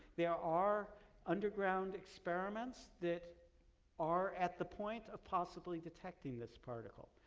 there are underground experiments that are at the point of possibly detecting this particle.